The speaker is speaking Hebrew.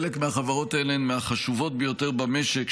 חלק מהחברות האלה הן מהחשובות ביותר במשק.